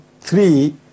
three